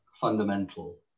fundamental